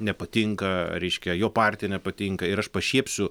nepatinka reiškia jo partija nepatinka ir aš pašiepsiu